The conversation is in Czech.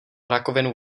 rakovinu